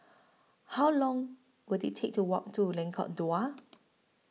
How Long Will IT Take to Walk to Lengkok Dua